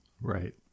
Right